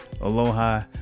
Aloha